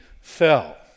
fell